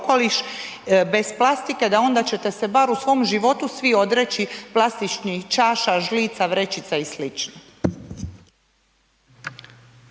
bez plastike, da onda ćete se barem u svom životu svi odreći plastičnih čaša, žlica, vrećica i sl.